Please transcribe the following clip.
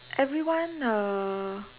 everyone uh